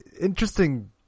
interesting